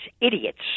idiots